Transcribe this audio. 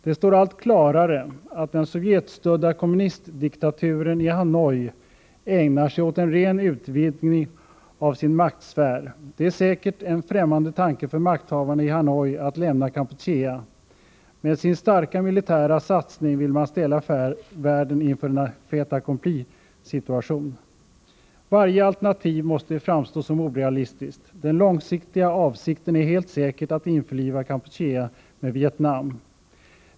Det står allt klarare att den sovjetstödda kommunistdiktaturen i Hanoi ägnar sig åt en ren utvidgning av sin maktsfär. Det är säkert en främmande tanke för makthavarna i Hanoi att lämna Kampuchea. Med sin starka militära satsning vill man ställa världen inför en fait accompli-situation. Varje alternativ måste framstå som orealistiskt. Den långsiktiga avsikten är helt säkert att införliva Kampuchea med Vietnam.